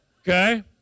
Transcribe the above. Okay